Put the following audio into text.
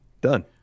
Done